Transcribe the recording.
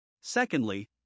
Secondly